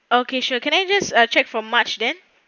okay sure can I just check from march then